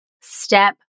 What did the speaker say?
step